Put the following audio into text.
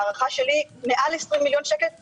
הערכה שלי, למעלה מ-20 מיליון שקל סתם.